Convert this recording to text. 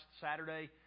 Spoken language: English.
Saturday